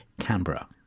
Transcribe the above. Canberra